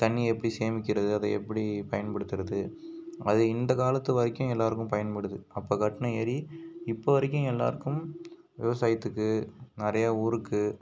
தண்ணி எப்படி சேமிக்கிறது அதை எப்படி பயன்படுத்துவது அது இந்தக் காலத்து வரைக்கும் எல்லாேருக்கும் பயன்படுது அப்போ கட்டின ஏரி இப்போ வரைக்கும் எல்லாேர்க்கும் விவசாயத்துக்கு நிறையா ஊருக்கு